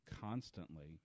constantly